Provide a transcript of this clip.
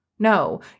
No